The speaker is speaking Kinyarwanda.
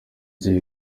jay